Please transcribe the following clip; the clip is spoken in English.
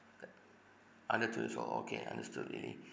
the under two years old okay understood lily